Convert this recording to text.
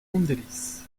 andelys